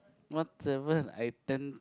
what seven I ten